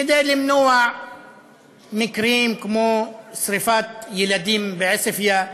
כדי למנוע מקרים כמו שרפת ילדים בעוספיא,